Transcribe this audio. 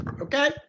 okay